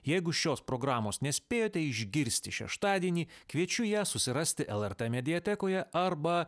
jeigu šios programos nespėjote išgirsti šeštadienį kviečiu ją susirasti lrt mediatekoje arba